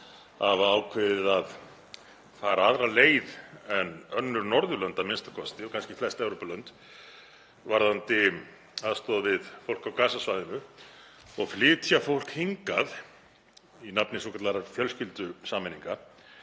hafa ákveðið að fara aðra leið en önnur Norðurlönd a.m.k. og kannski flest Evrópulönd varðandi aðstoð við fólk á Gaza-svæðinu og flytja fólk hingað í nafni svokallaðrar fjölskyldusameiningar